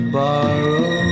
borrow